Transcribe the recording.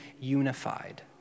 unified